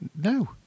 No